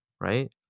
right